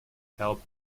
help